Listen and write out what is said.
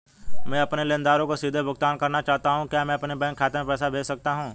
मैं अपने लेनदारों को सीधे भुगतान करना चाहता हूँ क्या मैं अपने बैंक खाते में पैसा भेज सकता हूँ?